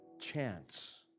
chance